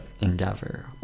endeavor